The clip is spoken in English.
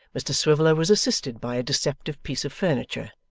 mr swiveller was assisted by a deceptive piece of furniture,